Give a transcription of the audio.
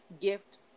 gift